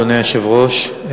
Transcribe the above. אדוני היושב-ראש.